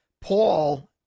Paul